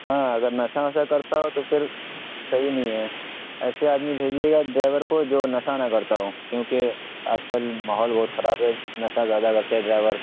ہاں اگر نشہ وشہ کرتا ہو تو پھر صحیح نہیں ہے ایسے آدمی بھیجیے گا ڈرائیور کو جو نشہ نہ کرتا ہو کیونکہ آج کل ماحول بہت خراب ہے نشہ زیادہ کرتے ہیں ڈرائیور